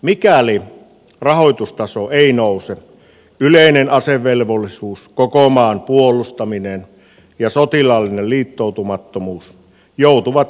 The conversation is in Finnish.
mikäli rahoitustaso ei nouse yleinen asevelvollisuus koko maan puolustaminen ja sotilaallinen liittoutumattomuus joutuvat kyseenalaisiksi